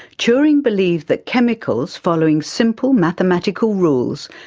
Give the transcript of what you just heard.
turing believed that chemicals, following simple mathematical rules,